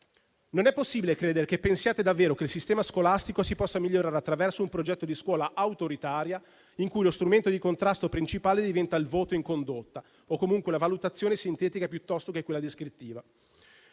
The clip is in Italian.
Non è possibile credere che pensiate davvero che il sistema scolastico si possa migliorare attraverso un progetto di scuola autoritaria, in cui lo strumento di contrasto principale diventa il voto in condotta o comunque la valutazione sintetica, piuttosto che quella descrittiva.